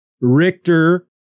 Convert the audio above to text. Richter